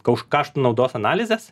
ko kaštų naudos analizes